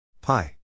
Pi